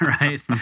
right